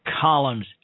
columns